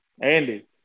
Andy